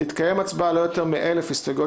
(א) תתקיים הצבעה על לא יותר מ-1,000 הסתייגויות